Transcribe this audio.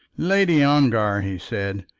lady ongar he said.